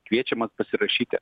kviečiamas pasirašyti